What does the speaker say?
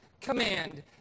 command